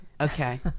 Okay